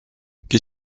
qu’est